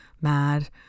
mad